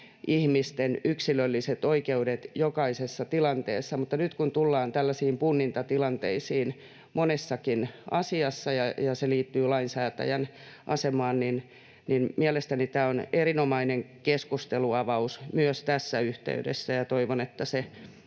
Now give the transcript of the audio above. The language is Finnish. ihmisten yksilölliset oikeudet jokaisessa tilanteessa. Mutta nyt kun tullaan tällaisiin punnintatilanteisiin monessakin asiassa ja se liittyy lainsäätäjän asemaan, niin mielestäni tämä on erinomainen keskustelunavaus myös tässä yhteydessä, ja toivon, että se